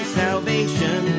salvation